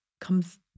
comes